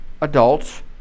adults